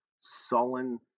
sullen